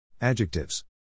Adjectives